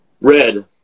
Red